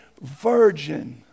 virgin